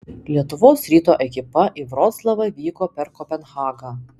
lietuvos ryto ekipa į vroclavą vyko per kopenhagą